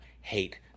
hate